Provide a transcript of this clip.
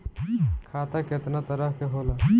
खाता केतना तरह के होला?